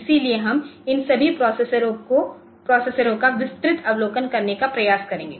इसलिए हम इन सभी प्रोसेसरों का विस्तृत अवलोकन करने का प्रयास करेंगे